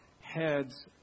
heads